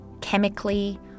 chemically